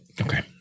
Okay